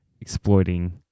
exploiting